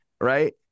right